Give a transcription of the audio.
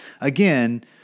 again